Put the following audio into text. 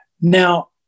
Now